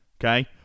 Okay